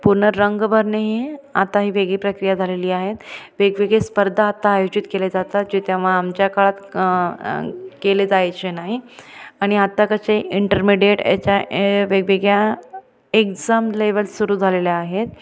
पूर्ण रंग भरणे हे आता ही वेगळी प्रक्रिया झालेली आहेत वेगवेगळे स्पर्धा आता आयोजित केले जातात जे तेव्हा आमच्या काळात क केले जायचे नाही आणि आता कसे इंटरमिडिएट याच्या ए वेगवेगळ्या एक्झाम लेवल सुरू झालेल्या आहेत